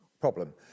problem